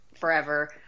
forever